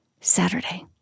Saturday